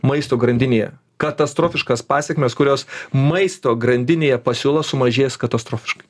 maisto grandinėje katastrofiškas pasekmes kurios maisto grandinėje pasiūla sumažės katastrofiškai